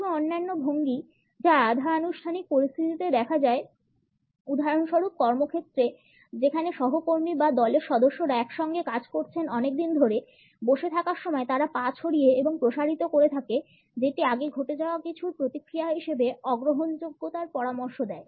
কিছু অন্যান্য ভঙ্গি যা আধা আনুষ্ঠানিক পরিস্থিতিতে দেখা যায় উদাহরণস্বরূপ কর্মক্ষেত্রে যেখানে সহকর্মী বা দলের সদস্যরা একসঙ্গে কাজ করছেন অনেক দিন ধরে বসে থাকার সময় তারা পা ছড়িয়ে এবং প্রসারিত করে থাকে যেটি আগে ঘটে যাওয়া কিছুর প্রতিক্রিয়া হিসাবে অগ্রহণযোগ্যতার পরামর্শ দেয়